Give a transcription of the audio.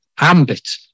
ambit